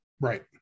Right